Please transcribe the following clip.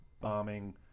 bombing